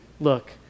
look